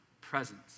presence